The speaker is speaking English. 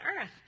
earth